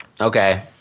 Okay